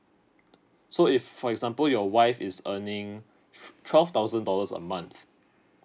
so if for example your wife is earning twelve thousand dollars a month